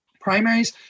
primaries